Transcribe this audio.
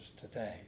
today